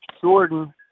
Jordan